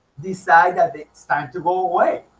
decide that it's time to go away,